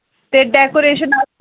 ते डैकोरेशन आस्तै